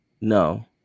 No